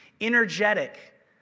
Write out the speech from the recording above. energetic